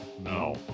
no